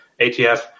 ATF